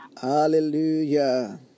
Hallelujah